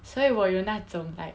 所以我有那种 like